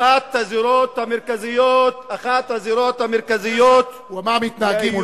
אחת הזירות המרכזיות, הוא אמר: מתנהגים.